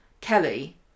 Kelly